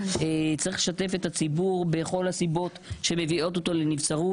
צריך לשתף את הציבור בכל הסיבות שמביאות אותו לנבצרות.